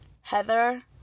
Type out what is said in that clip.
Heather